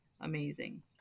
amazing